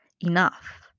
enough